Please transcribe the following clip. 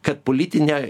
kad politinė